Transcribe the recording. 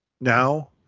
now